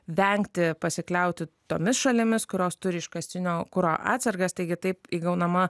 vengti pasikliauti tomis šalimis kurios turi iškastinio kuro atsargas taigi taip įgaunama